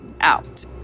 out